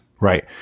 Right